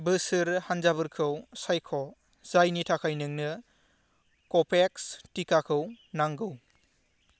बोसोर हान्जाफोरखौ सायख' जायनि थाखाय नोंनो कव'भेक्स टिकाखौ नांगौ